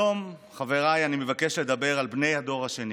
היום, חבריי, אני מבקש לדבר על בני הדור השני,